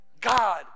God